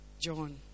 John